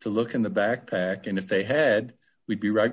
to look in the backpack and if they had we'd be right